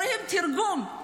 צריכים תרגום.